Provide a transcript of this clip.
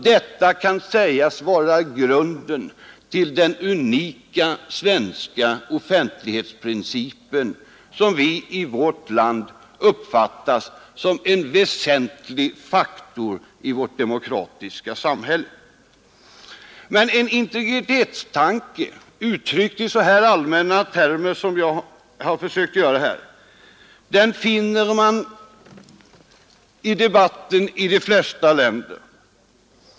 Detta kan sägas vara grunden till den unika svenska offentlighetsprincipen, som vi i vårt land uppfattar såsom en väsentlig faktor i vårt demokratiska samhälle. En integritetstanke, uttryckt i så allmänna termer som jag har använt 1 här, finner man i debatten i de flesta länder.